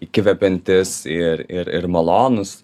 įkvepiantys ir ir ir malonūs